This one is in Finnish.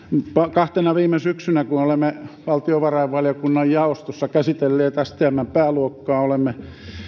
kahtena viime syksynä kun olemme valtiovarainvaliokunnan jaostossa käsitelleet stmn pääluokkaa olemme